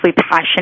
passionate